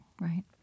right